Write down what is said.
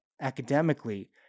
academically